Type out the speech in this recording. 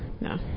No